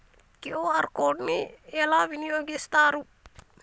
QR code ని ఎలా వినియోగిస్తారు?